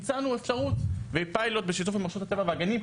הצענו אפשרות ופיילוט בשיתוף עם רשות הטבע והגנים,